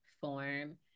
form